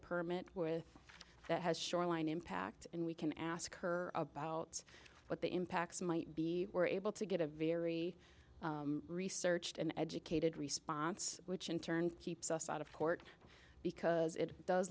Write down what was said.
permit with that has shoreline impact and we can ask her about what the impacts might be we're able to get a very researched and educated response which in turn keeps us out of court because it does